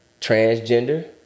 transgender